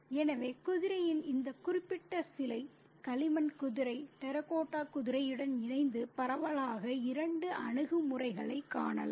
எனவே குதிரையின் இந்த குறிப்பிட்ட சிலை களிமண் குதிரை டெரகோட்டா குதிரையுடன் இணைந்து பரவலாக இரண்டு அணுகுமுறைகளைக் காணலாம்